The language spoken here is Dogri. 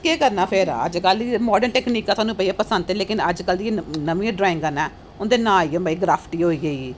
केह करना फिर अजकल ते मार्डन टॅक्निका थुहानू पंसद ऐ लेकिन अजकल दियां नमियां ड्राइंगा ना उंदा नां इये भाई ग्राफटिंग होई गेई